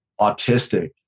autistic